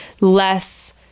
less